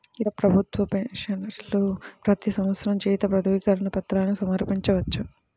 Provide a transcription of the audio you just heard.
ఇతర ప్రభుత్వ పెన్షనర్లు ప్రతి సంవత్సరం జీవిత ధృవీకరణ పత్రాన్ని సమర్పించవచ్చు